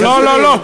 לא לא לא,